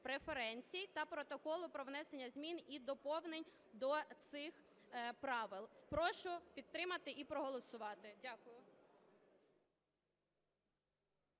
преференцій та Протоколу про внесення змін і доповнень до цих правил. Прошу підтримати і проголосувати. Дякую.